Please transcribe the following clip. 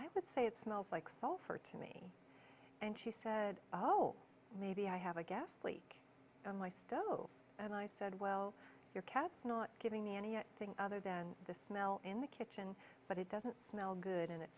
i would say it smells like sulfur to me and she said maybe i have a gas leak on my stove and i said well your cats not giving me any thing other than the smell in the kitchen but it doesn't smell good and it